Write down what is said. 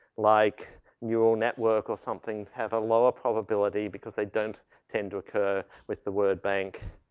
like neural network or something have a lower probability because they don't tend to occur with the word bank.